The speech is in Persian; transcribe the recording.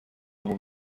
اما